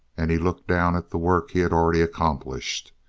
and he looked down at the work he had already accomplished.